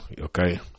Okay